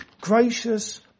gracious